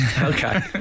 Okay